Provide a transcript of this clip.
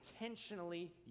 intentionally